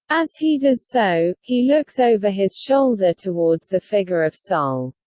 as he does so, he looks over his shoulder towards the figure of sol.